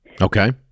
Okay